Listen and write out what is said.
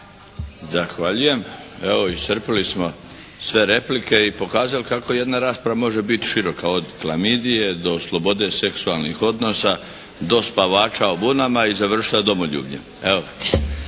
Zahvaljujem. Evo iscrpli smo sve replike i pokazali kako jedna rasprava može biti široka, od klamidije do slobode seksualnih odnosa, do spavača u vunama i završila domoljubljem. Evo